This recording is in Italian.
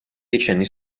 decenni